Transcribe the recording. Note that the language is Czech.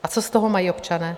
A co z toho mají občané?